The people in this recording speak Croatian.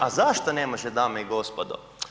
A zašto ne može dame i gospodo?